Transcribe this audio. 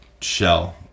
shell